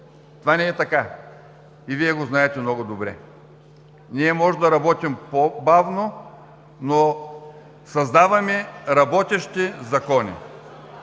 Това не е така и Вие го знаете много добре. Ние можем да работим по-бавно, но създаваме работещи закони!